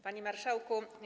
Panie Marszałku!